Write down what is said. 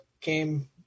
came